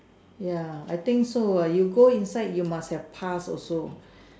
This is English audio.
ya I think so ah you go inside you must have pass also